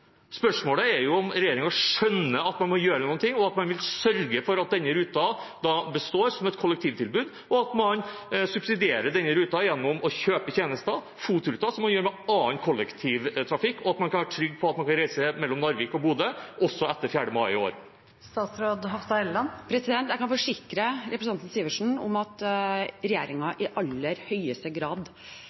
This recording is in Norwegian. Spørsmålet er om regjeringen skjønner at man må gjøre noe –at man vil sørge for at denne ruten består som et kollektivtilbud ved at man subsidierer den gjennom å kjøpe tjenester, FOT-ruter, som man gjør med annen kollektivtrafikk, og at man kan være trygg på at man kan reise mellom Narvik og Bodø også etter 4. mai i år. Jeg kan forsikre representanten Sivertsen om at regjeringen i aller høyeste grad